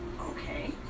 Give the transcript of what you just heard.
Okay